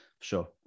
Sure